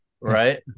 right